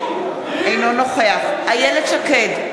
אינו נוכח איילת שקד,